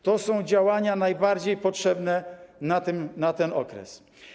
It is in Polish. To są działania najbardziej potrzebne na ten okres.